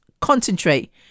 concentrate